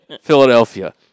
Philadelphia